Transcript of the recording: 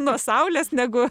nuo saulės negu